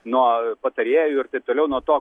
nuo patarėjų ir taip toliau toliau nuo to